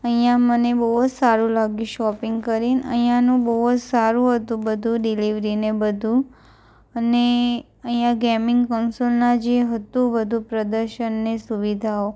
અહીંયા મને બહુ જ સારું લાગ્યું શોપિંગ કરીને અહીંયાનું બહુ જ સારું હતું બધું ડિલીવરી ને બધું અને અહીંયા ગેમિંગ કોન્સોલના જે હતું બધું પ્રદર્શન ને સુવિધાઓ